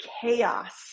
chaos